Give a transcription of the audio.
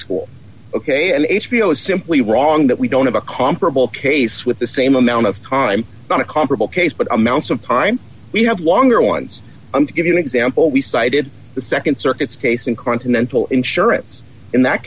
school ok and h b o is simply wrong that we don't have a comparable case with the same amount of time on a comparable case but amounts of time we have longer ones i'm to give you an example we cited the nd circuit's case in continental insurance in that